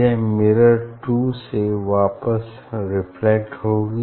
यह mirror two से वापस रिफ्लेक्ट होगी